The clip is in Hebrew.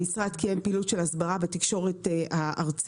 המשרד קיים פעילות של הסברה בתקשורת הארצית,